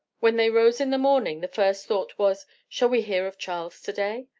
when they rose in the morning the first thought was, shall we hear of charles to-day?